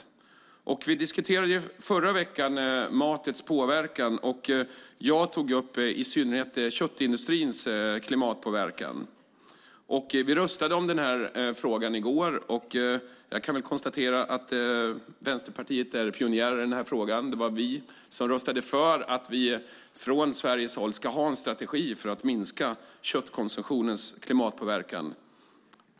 Vi diskuterade i förra veckan matens påverkan. Jag tog upp i synnerhet köttindustrins klimatpåverkan. Vi röstade om den frågan i går. Jag kan konstatera att Vänsterpartiet är pionjärer i frågan. Det var vi som röstade för att vi från Sveriges håll ska ha en strategi för att minska köttkonsumtionens klimatpåverkan.